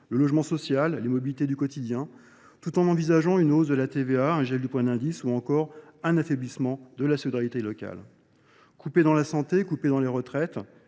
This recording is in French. le logement social, les mobilités du quotidien, tout en envisageant une hausse de la TVA, un gel du point d'indice ou encore un affaiblissement de la solidarité locale. Coupé dans la santé, coupé dans les retraites,